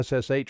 SSH